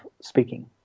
speaking